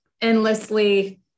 endlessly